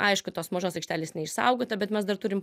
aišku tos mažos aikštelės neišsaugota bet mes dar turim